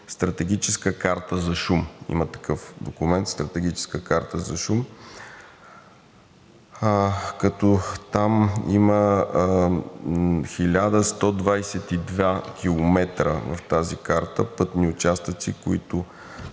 Стратегическата карта за шум. Има такъв документ – Стратегическа карта за шум, и там има 1122 км – в тази карта, пътни участъци на